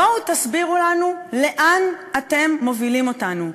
בואו תסבירו לנו, לאן אתם מובילים אותנו.